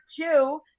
two